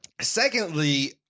Secondly